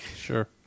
Sure